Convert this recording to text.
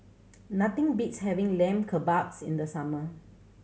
nothing beats having Lamb Kebabs in the summer